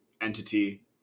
entity